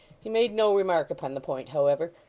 he made no remark upon the point, however,